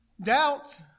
doubt